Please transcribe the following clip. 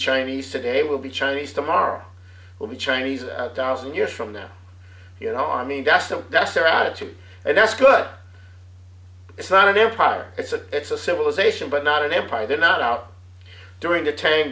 chinese today will be chinese tomorrow will be chinese a thousand years from now you know i mean that's the that's their attitude and that's good it's not an empire it's a it's a civilization but not an empire they're not out during the tan